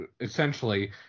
essentially